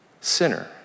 Sinner